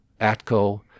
ATCO